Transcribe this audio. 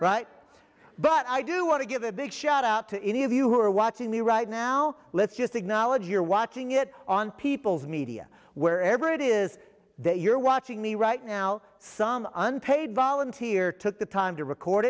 right but i do want to give a big shout out to any of you who are watching me right now let's just acknowledge you're watching it on people's media wherever it is they you're watching me right now some unpaid volunteer took the time to record